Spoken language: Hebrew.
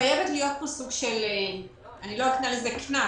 חייב להיות פה סוג של אני לא אקרא לזה קנס,